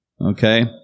Okay